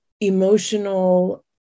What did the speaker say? emotional